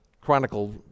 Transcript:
Chronicle